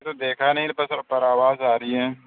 ابھی تو دیکھا نہیں پر آواز آ رہی ہیں